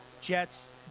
Jets